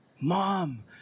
Mom